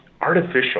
artificial